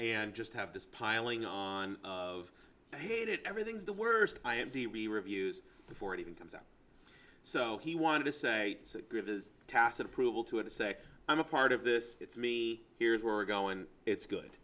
and just have this piling on of i hate it everything's the worst the reviews before it even comes up so he wanted to say tacit approval to it to say i'm a part of this it's me here's where we're going it's good